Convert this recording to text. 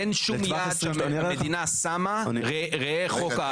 אין שום יעד שהמדינה שמה ראה חוק האקלים,